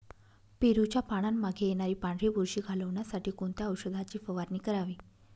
पेरूच्या पानांमागे येणारी पांढरी बुरशी घालवण्यासाठी कोणत्या औषधाची फवारणी करावी?